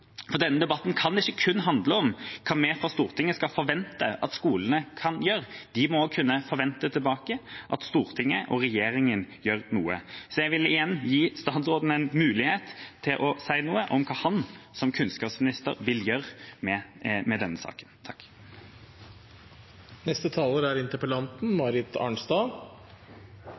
For denne debatten kan ikke kun handle om hva vi fra Stortinget skal forvente at skolene kan gjøre. De må også kunne forvente tilbake at Stortinget og regjeringa gjør noe. Så jeg vil igjen gi statsråden en mulighet til å si noe om hva han som kunnskapsminister vil gjøre med denne saken.